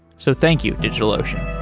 so, thank you, digitalocean.